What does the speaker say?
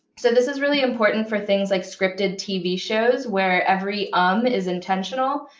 so this is really important for things like scripted tv shows, where every um is intentional.